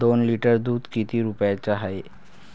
दोन लिटर दुध किती रुप्याचं हाये?